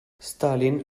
stalin